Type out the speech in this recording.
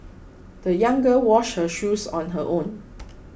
the young girl washed her shoes on her own